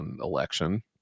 election